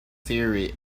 theory